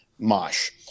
Mosh